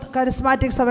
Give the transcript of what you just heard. Charismatic